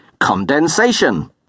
condensation